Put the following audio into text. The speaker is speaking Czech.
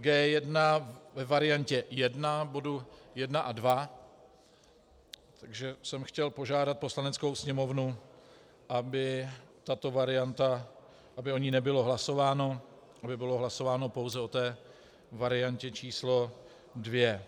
G1 ve variantě 1 bodu 1 a 2, takže jsem chtěl požádat Poslaneckou sněmovnu, aby o této variantě nebylo hlasováno, aby bylo hlasováno pouze o té variantě č. 2.